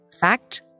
fact